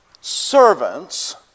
servants